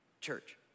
Church